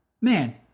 man